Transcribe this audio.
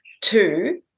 Two